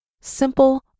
Simple